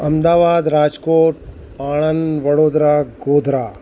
Ahmedabad Rajkot Anand Vadodara Godhra